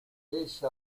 pesce